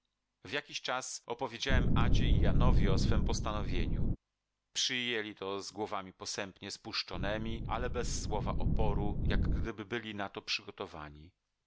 w jakiś czas opowiedziałem adzie i janowi o swem postanowieniu przyjęli to z głowami posępnie spuszczonemi ale bez słowa oporu jak gdyby byli na to przygotowani